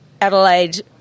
Adelaide